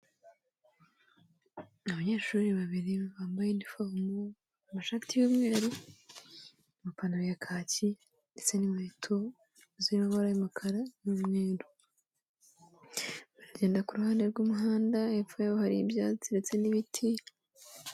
Abanyeshuri babiri bambayeni uniform amashati y'umweru, amapantaro ya kaki, ndetse n'inkweto zirimo amabara y'umukara n'umweru. Baragenda ku ruhande rw'umuhanda hepfo hari ibyatsi ndetse n'ibiti.